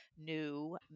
new